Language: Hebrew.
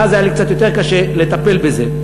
ואז היה לי קצת יותר קשה לטפל בזה,